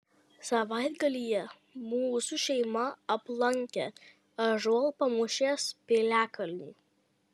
savaitgalyje mūsų šeima aplankė ąžuolpamūšės piliakalnį